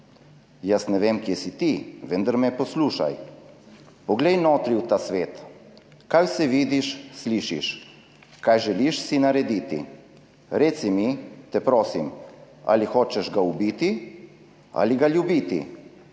Jaz ne vem, kje si ti, vendar me poslušaj. Poglej notri v ta svet. Kaj vse vidiš, slišiš? Kaj želiš si narediti? Reci mi, te prosim, ali hočeš ga ubiti ali ga ljubiti.